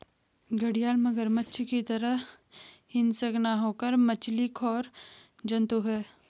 घड़ियाल मगरमच्छ की तरह हिंसक न होकर मछली खोर जंतु है